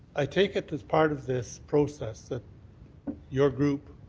i take it as part of this process that your group,